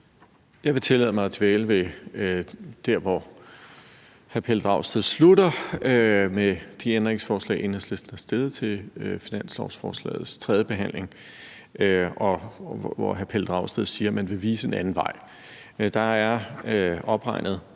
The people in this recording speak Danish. Jeg vil tillade mig at dvæle ved der, hvor hr. Pelle Dragsted slutter, nemlig med de ændringsforslag, Enhedslisten har stillet til finanslovsforslagets tredje behandling, og hvor hr. Pelle Dragsted siger, at man vil vise en anden vej. Der er opregnet